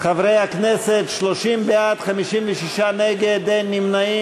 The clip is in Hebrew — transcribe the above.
חברי הכנסת, 30 בעד, 56 נגד, אין נמנעים.